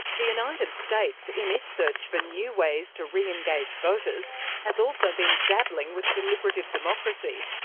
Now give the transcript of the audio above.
the united states in its search for new ways to re-engage voters has also been dabbling with deliberative democracy,